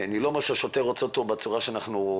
אני לא אומר שהשוטר עוצר אותו בצורה שראינו